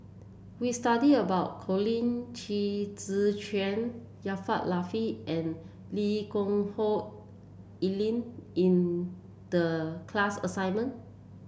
we studied about Colin Qi Zhe Quan Jaafar Latiff and Lee Geck Hoon Ellen in the class assignment